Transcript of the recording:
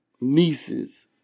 nieces